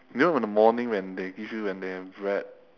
you know when the morning when they give you when they have bread